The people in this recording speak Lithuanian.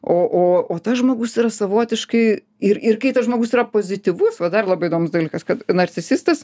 o o o tas žmogus yra savotiškai ir ir kai tas žmogus yra pozityvus va dar labai įdomus dalykas kad narcisistas